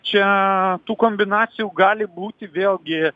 čia tų kombinacijų gali būti vėlgi